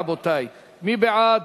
רבותי, מי בעד?